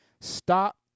stop